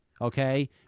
okay